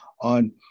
on